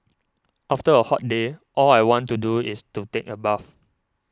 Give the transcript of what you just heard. after a hot day all I want to do is to take a bath